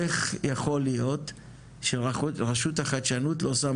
איך יכול להיות שרשות החדשנות --- אז השנה